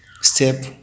step